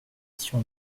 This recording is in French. sur